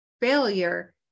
failure